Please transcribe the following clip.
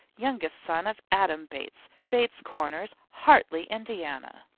youngest son of adam bates, bates corners, hartley, indiana.